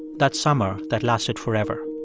that summer that lasted forever.